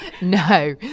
no